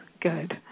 Good